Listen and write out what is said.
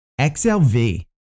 XLV